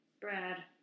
Brad